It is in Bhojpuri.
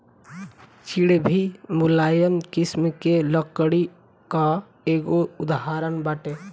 चीड़ भी मुलायम किसिम के लकड़ी कअ एगो उदाहरण बाटे